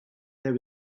there